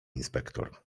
inspektor